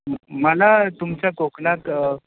मला तुमच्या कोकणात